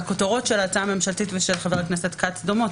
והכותרות של ההצעה הממשלתית ושל חה"כ כץ דומות,